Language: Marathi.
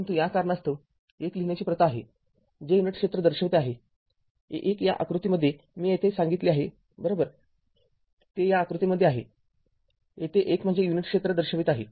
परंतु या कारणास्तव१ लिहिण्याची प्रथा आहे जे युनिट क्षेत्र दर्शवित आहे १ या आकृतीमध्ये मी येथे सांगितले आहे बरोबर ते या आकृतीमध्ये आहे येथे १ म्हणजे युनिट क्षेत्र दर्शवित आहे